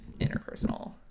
interpersonal